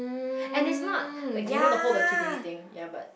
and it's not like you know the whole the today thing ya but